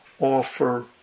offer